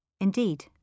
Indeed